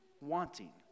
wanting